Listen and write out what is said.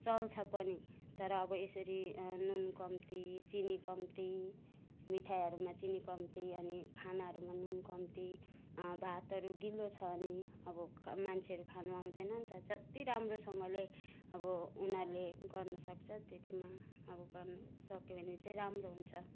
चल्छ पनि तर अब यसरी नुन कम्ती चिनी कम्ती मिठाईहरूमा चिनी कम्ती अनि खानाहरूमा नुन कम्ती भातहरू गिलो छ भने अब मान्छेहरू खान आउँदैन नि त जति राम्रोसँगले अब उनीहरूले गर्नसक्छ त्यतिमा अब गर्नसक्यो भने चाहिँ राम्रो हुन्छ